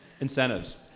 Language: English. incentives